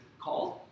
called